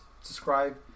subscribe